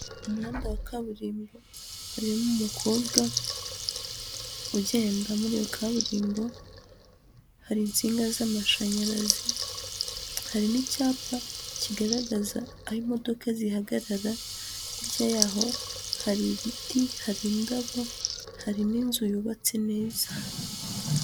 Umuhanda wa kaburimbo, harimo umukobwa ugenda muri iyo kaburimbo, hari insinga z'amashanyarazi, hari n'icyapa kigaragaza aho imodoka zihagarara, hirya yaho hari ibiti, hari indabo, hari n'inzu yubatse neza.